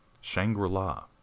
Shangri-La